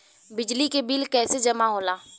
बिजली के बिल कैसे जमा होला?